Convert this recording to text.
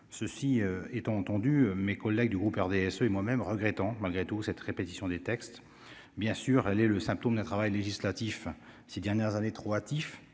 ceci étant entendu mes collègues du groupe RDSE et moi-même regrettons malgré tout cette répétition des textes bien sûr, elle est le symptôme d'un travail législatif, ces dernières années, trop hâtif